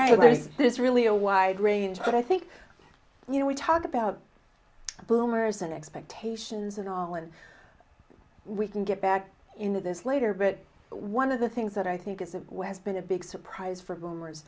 this really a wide range but i think you know we talk about boomers and expectations and all of we can get back into this later but one of the things that i think is a wes been a big surprise for boomers